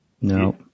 No